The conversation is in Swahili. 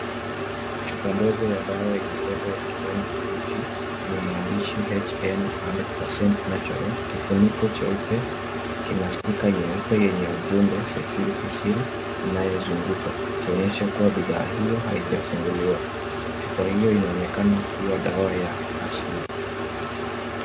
Chupa ndogo ya dawa yenye lebo ya kijani kibichi, yenye maandishi HN 100% Natural . Kifuniko cheupe kina stika nyeupe yenye ujumbe Security Seal inayozunguka. Ikionyesha kuwa bidhaa hiyo haijafunguliwa. Chupa hiyo inaonekana kuwa dawa ya asili.